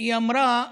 היא אמרה: